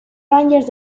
rangers